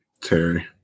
Terry